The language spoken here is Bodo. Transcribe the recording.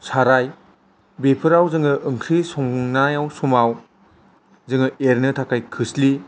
साराय बेफोराव जोङाे ओंख्रि संनाय समाव जोङाे एरनो थाखाय खोस्लि